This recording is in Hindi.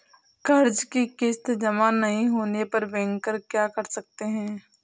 कर्ज कि किश्त जमा नहीं होने पर बैंकर क्या कर सकते हैं?